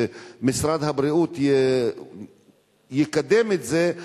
ומשרד הבריאות יקדם את זה,